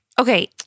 Okay